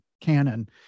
canon